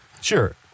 Sure